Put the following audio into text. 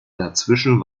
dazwischen